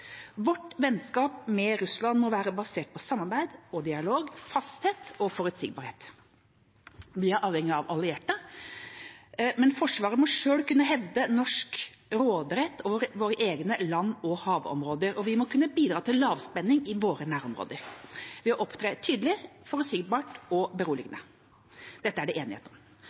Vårt vennskap med Russland må være basert på samarbeid og dialog, fasthet og forutsigbarhet. Vi er avhengige av allierte, men Forsvaret må selv kunne hevde norsk råderett over våre egne land- og havområder, og vi må kunne bidra til lavspenning i våre nærområder ved å opptre tydelig, forutsigbart og beroligende. Dette er det enighet om.